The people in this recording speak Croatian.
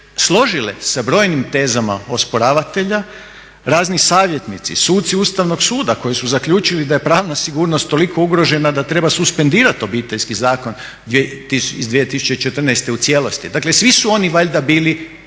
složili s brojnim tezama osporavatelja, razni savjetnici, suci Ustavnog suda koji su zaključili da je pravna sigurnost toliko ugrožena da treba suspendirati Obiteljski zakon iz 2014. u cijelosti. Dakle, svi su oni valjda bili